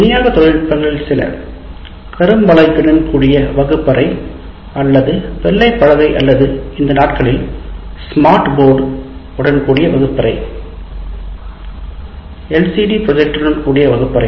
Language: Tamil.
விநியோக தொழில்நுட்பங்கள் சில கரும்பலகையுடன் கூடிய வகுப்பறை அல்லது வெள்ளை பலகை அல்லது இந்த நாட்களில் ஸ்மார்ட் போர்டு உடன் கூடிய வகுப்பறை எல்சிடி ப்ரொஜெக்டருடன் கூடிய வகுப்பறை